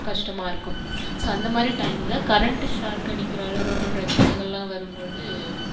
கஷ்டமாக இருக்கும் ஸோ அந்தமாதிரி டைம்ல கரண்ட்டு ஷாக் அடிக்கிற அளவுக்கு பிரச்சனைகள்லாம் வரும்போது